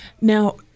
now